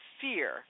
fear